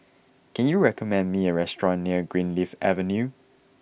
can you recommend me a restaurant near Greenleaf Avenue